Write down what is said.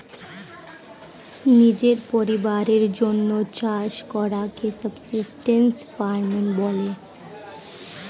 নিজের পরিবারের জন্যে চাষ করাকে সাবসিস্টেন্স ফার্মিং বলে